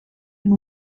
and